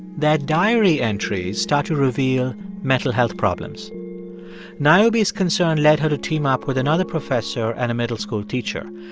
their diary entries start to reveal mental health problems niobe's concern led her to team up with another professor and a middle school teacher.